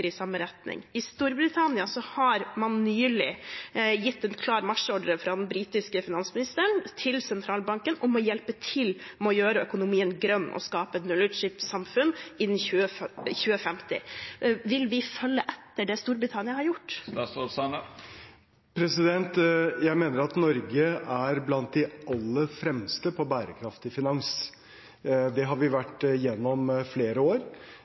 i samme retning. I Storbritannia har man nylig gitt en klar marsjordre fra den britiske finansministeren til sentralbanken om å hjelpe til med å gjøre økonomien grønn og skape et nullutslippssamfunn innen 2050. Vil vi følge etter det Storbritannia har gjort? Jeg mener at Norge er blant de aller fremste på bærekraftig finans. Det har vi vært gjennom flere år,